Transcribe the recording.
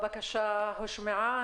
הבקשה הושמעה.